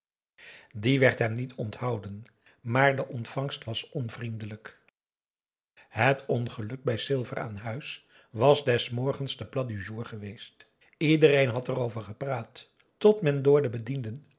die werd hem niet onthouden maar de ontvangst was onvriendelijk het ongeluk bij silver aan huis was des morgens de plat du jour geweest iedereen had erover gepraat tot men door de bedienden